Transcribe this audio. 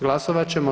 Glasovat ćemo.